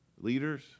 leaders